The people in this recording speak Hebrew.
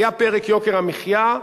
היה פרק יוקר המחיה,